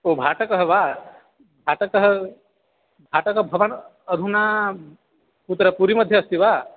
ओ भाटकः वा भाटकः भाटकः भवान् अधुना कुत्र पुरिमध्ये अस्ति वा